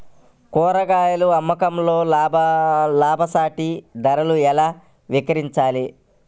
కూరగాయాల అమ్మకంలో లాభసాటి ధరలలో ఎలా విక్రయించాలి?